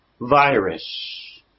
virus